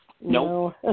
No